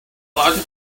allowed